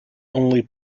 only